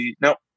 nope